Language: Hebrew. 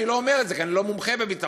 אני לא אומר את זה כי אני לא מומחה בביטחון,